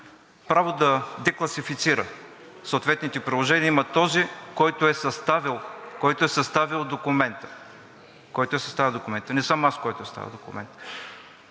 Право да декласифицира съответните приложения има този, който е съставил документа. Който е съставил документа! Не съм аз този, който е съставил документа.